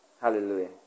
Hallelujah